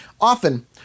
Often